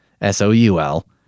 S-O-U-L